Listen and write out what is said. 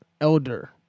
elder